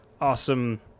awesome